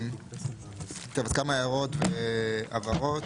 כמה הערות והבהרות,